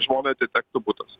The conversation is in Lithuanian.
žmonai atitektų butas